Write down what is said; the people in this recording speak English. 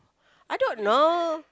I don't know